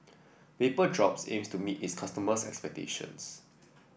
Vapodrops aims to meet its customers' expectations